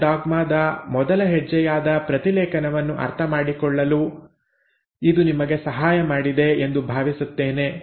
central dogma ದ ಮೊದಲ ಹೆಜ್ಜೆಯಾದ ಪ್ರತಿಲೇಖನವನ್ನು ಅರ್ಥಮಾಡಿಕೊಳ್ಳಲು ಇದು ನಿಮಗೆ ಸಹಾಯ ಮಾಡಿದೆ ಎಂದು ಭಾವಿಸುತ್ತೇವೆ